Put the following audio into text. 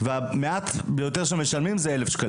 והמחיר המינימלי שמשלמים זה אלף ש"ח.